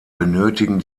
benötigen